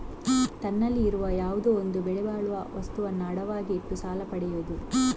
ತನ್ನಲ್ಲಿ ಇರುವ ಯಾವುದೋ ಒಂದು ಬೆಲೆ ಬಾಳುವ ವಸ್ತುವನ್ನ ಅಡವಾಗಿ ಇಟ್ಟು ಸಾಲ ಪಡಿಯುದು